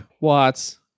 Watts